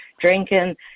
drinking